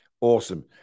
Awesome